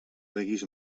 deguis